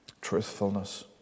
Truthfulness